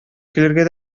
көләргә